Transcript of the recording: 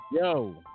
yo